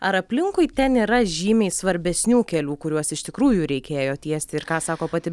ar aplinkui ten yra žymiai svarbesnių kelių kuriuos iš tikrųjų reikėjo tiesti ir ką sako pati